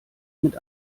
mit